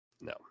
No